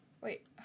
wait